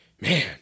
man